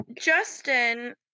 Justin